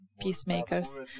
peacemakers